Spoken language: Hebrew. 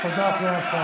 תגיד את האמת.